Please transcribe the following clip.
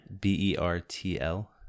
B-E-R-T-L